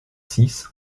six